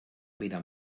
mirar